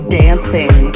dancing